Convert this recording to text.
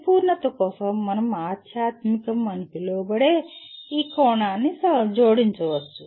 పరిపూర్ణత కోసం మనం ఆధ్యాత్మికం అని పిలువబడే ఈ కోణాన్ని జోడించవచ్చు